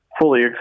fully